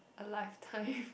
a lifetime